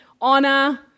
honor